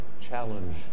challenge